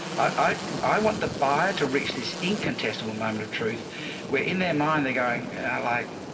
i i want the buyer to reach this incontestable moment of truth where in their mind they're going, i like,